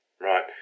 right